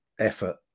effort